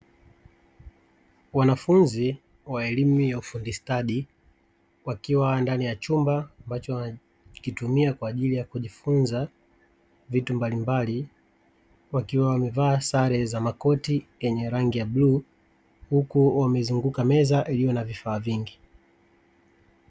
Wanafunzi wa elimu ya ufundi stadi wakiwa ndani ya chumba wanachokitumia kwaajili ya kujifunza vitu mbalimbali, wakiwa wamevaa sare za makoti yaliyo na rangi ya bluu huku kukiwa na meza yenye vifaa vingi.